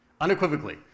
Unequivocally